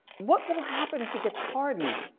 what will happen if he gets pardoned?